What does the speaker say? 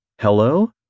Hello